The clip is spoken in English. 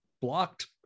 blocked